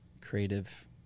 creative